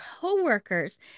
co-workers